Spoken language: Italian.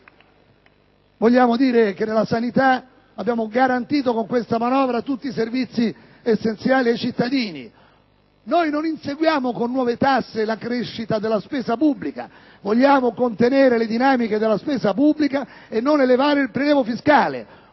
della sanità con questa manovra abbiamo garantito tutti i servizi essenziali ai cittadini. Non inseguiamo con nuove tasse la crescita della spesa pubblica: vogliamo contenere le dinamiche della spesa pubblica e non elevare il prelievo fiscale.